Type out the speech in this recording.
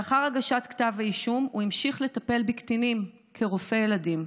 לאחר הגשת כתב האישום הוא המשיך לטפל בקטינים כרופא ילדים.